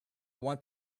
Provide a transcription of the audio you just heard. want